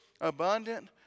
abundant